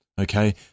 Okay